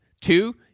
Two